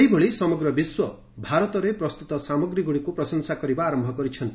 ସେଇଭଳି ସମଗ୍ର ବିଶ୍ୱ ଭାରତରେ ପ୍ରସ୍ତୁତ ସାମଗ୍ରୀଗୁଡ଼ିକୁ ପ୍ରଶଂସା କରିବା ଆରମ୍ଭ କରିଛନ୍ତି